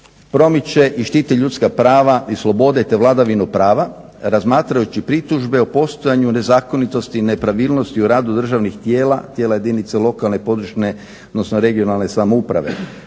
promiče i štiti ljudska prava i slobode te vladavinu prava, razmatrajući pritužbe o postojanju nezakonitosti i nepravilnosti u radu državnih tijela, tijela jedinica lokalne, područne (regionalne) samouprave,